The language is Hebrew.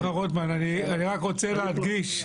אני רק רוצה להדגיש,